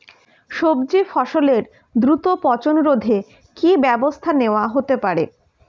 সবজি ফসলের দ্রুত পচন রোধে কি ব্যবস্থা নেয়া হতে পারে?